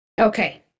Okay